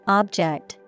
object